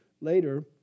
later